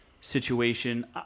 situation